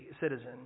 citizen